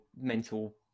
mental